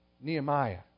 Nehemiah